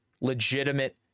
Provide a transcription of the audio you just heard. Legitimate